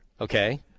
Okay